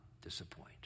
disappoint